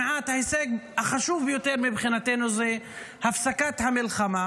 למעט ההישג החשוב ביותר מבחינתנו: הפסקת המלחמה